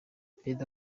perezida